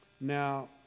Now